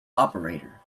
operator